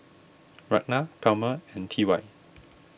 Ragna Palmer and T Y